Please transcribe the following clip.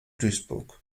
duisburg